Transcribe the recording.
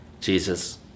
Jesus